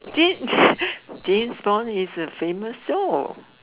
James James Bond is a famous soul